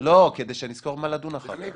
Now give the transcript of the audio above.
מה למשל?